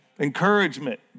encouragement